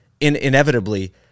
inevitably